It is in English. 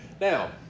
Now